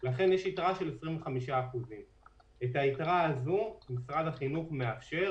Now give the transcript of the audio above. לכן יש יתרה של 25%. את היתרה הזאת משרד החינוך מאפשר,